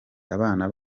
abana